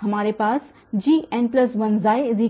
हमारे पास Gn10 wn1xx